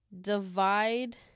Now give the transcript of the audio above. divide